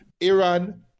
Iran